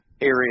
area